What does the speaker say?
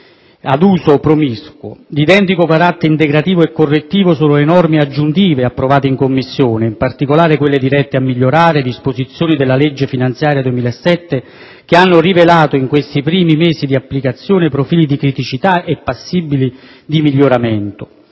ad uso promiscuo. Di identico carattere integrativo e correttivo sono le norme aggiuntive approvate in Commissione, in particolare quelle dirette a migliorare disposizioni della legge finanziaria 2007, che hanno rivelato, in questi primi mesi di applicazione, profili di criticità, passibili di miglioramento: